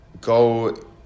go